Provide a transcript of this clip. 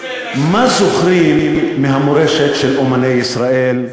מה זוכרים מהמורשת של אמני ישראל?